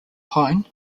pine